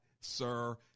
sir